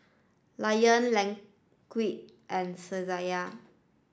Lion Laneige and Saizeriya